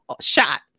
shot